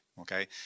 okay